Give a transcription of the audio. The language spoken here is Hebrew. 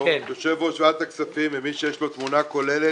בתור יושב-ראש ועדת הכספים ומי שיש לו תמונה כוללת